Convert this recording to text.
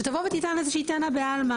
שתבוא ותטען איזה שהיא טענה בעלמא,